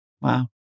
Wow